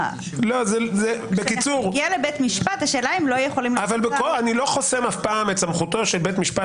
אני אף פעם לא חוסם את סמכותו של בית המשפט